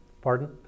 Pardon